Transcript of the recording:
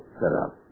setup